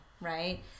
right